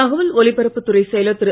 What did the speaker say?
தகவல் ஒலிபரப்புத் துறை செயலர் திரு